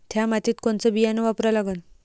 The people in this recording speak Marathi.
थ्या मातीत कोनचं बियानं वापरा लागन?